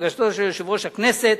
לבקשתו של יושב-ראש הכנסת,